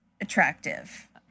attractive